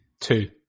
Two